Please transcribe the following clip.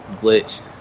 glitch